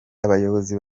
abayobozi